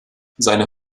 seine